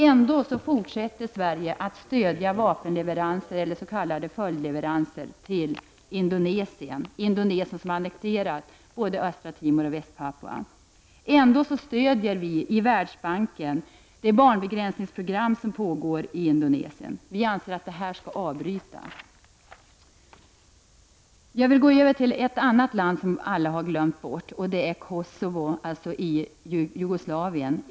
Ändå fortsätter Sverige att stödja vapenleveranser eller s.k. följdleveranser till Indonesien, som har annekterat både Östra Timor och Västpapua. Ändå stödjer Sverige i Världsbanken det barnbegränsningsprogram som pågår i Indonesien. Vi anser att detta skall avbrytas. Jag vill nu övergå till ett annat land som alla har glömt bort. Det är delrepubliken Kosova i Jugoslavien.